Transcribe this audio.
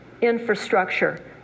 infrastructure